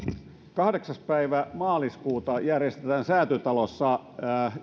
kahdeksas päivä maaliskuuta järjestetään säätytalossa